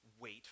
Wait